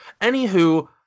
Anywho